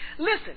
Listen